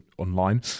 online